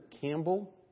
Campbell